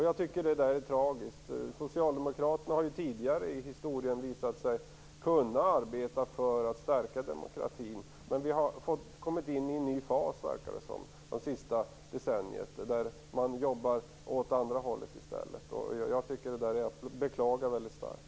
Jag tycker att det är tragiskt. Socialdemokraterna har tidigare i historien visat sig kunna arbeta för att stärka demokratin. Men det verkar som att vi har kommit in i en ny fas det senaste decenniet där man i stället jobbar åt andra hållet. Det är att beklaga väldigt starkt.